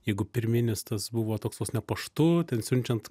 jeigu pirminis tas buvo toks vos ne paštu ten siunčiant